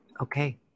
Okay